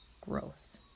gross